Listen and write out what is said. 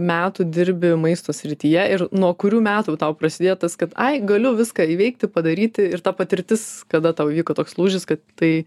metų dirbi maisto srityje ir nuo kurių metų tau prasidėjo tas kad ai galiu viską įveikti padaryti ir ta patirtis kada tau įvyko toks lūžis kad tai